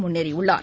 முன்னேறியுள்ளார்